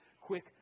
quick